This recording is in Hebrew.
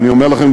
ואני אומר לכם,